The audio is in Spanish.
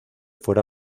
fuera